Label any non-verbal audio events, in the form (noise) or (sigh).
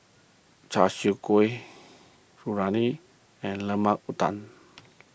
Char Siu Kueh (unintelligible) and Lemper Udang